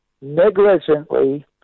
negligently